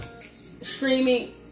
Streaming